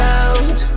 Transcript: out